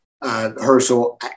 Herschel